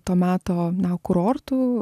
to meto kurortų